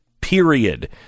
period